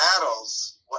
Battles